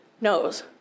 knows